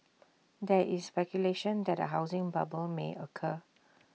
there is speculation that A housing bubble may occur